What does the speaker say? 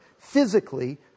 physically